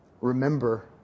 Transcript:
remember